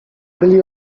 byli